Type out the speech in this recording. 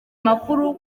amakuru